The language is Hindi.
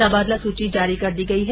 तबादला सूची जारी कर दी गई है